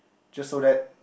just so that